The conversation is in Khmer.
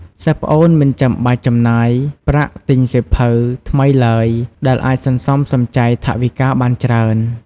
សិស្សប្អូនមិនចាំបាច់ចំណាយប្រាក់ទិញសៀវភៅថ្មីឡើយ ដែលអាចសន្សំសំចៃថវិកាបានច្រើន។